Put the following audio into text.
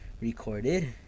recorded